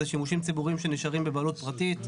אלה שימושים ציבוריים שנשארים בבעלות פרטית,